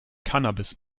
cannabis